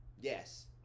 Yes